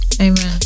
Amen